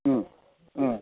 ꯎꯝ ꯎꯝ